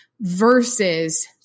versus